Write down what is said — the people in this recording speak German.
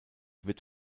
wird